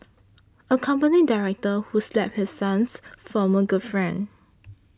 a company director who slapped his son's former girlfriend